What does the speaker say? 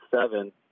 seven